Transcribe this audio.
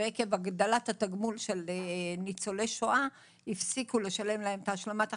ועקב הגדלת התגמול של ניצולי שואה הפסיקו לשלם להם את השלמת ההכנסה.